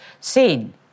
seen